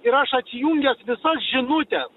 ir aš atsijungęs visas žinutes